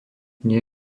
nie